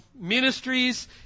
ministries